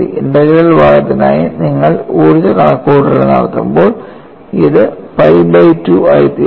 integral ഭാഗത്തിനായി നിങ്ങൾ ഊർജ്ജ കണക്കുകൂട്ടൽ നടത്തുമ്പോൾ ഇത് പൈ ബൈ 2 ആയിത്തീരുന്നു